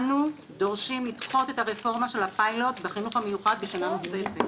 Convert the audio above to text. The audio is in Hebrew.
אנו דורשים לדחות את הרפורמה והפיילוט בחינוך המיוחד בשנה נוספת.